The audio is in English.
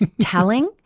telling